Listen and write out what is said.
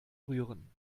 rühren